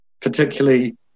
particularly